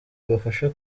bubafasha